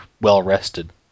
well-rested